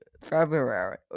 February